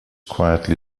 quietly